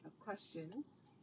questions